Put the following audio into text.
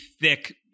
thick